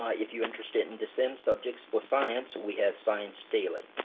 ah if you're interested in the same subjects for science we have science daily.